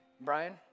Brian